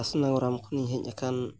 ᱟᱥᱱᱟ ᱜᱨᱟᱢ ᱠᱷᱚᱱᱤᱧ ᱦᱮᱡ ᱟᱠᱟᱱ